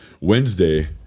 Wednesday